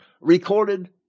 recorded